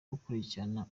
gukurikirana